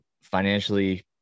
financially